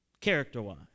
character-wise